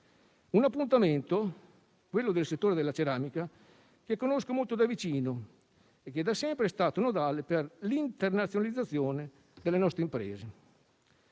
un appuntamento, quello del settore della ceramica, che conosco molto da vicino e che da sempre è stato nodale per l'internazionalizzazione delle nostre imprese.